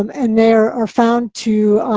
um and they are are found to,